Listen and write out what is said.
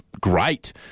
great